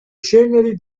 ceneri